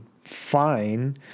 fine